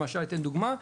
למשל אני אתן דוגמה,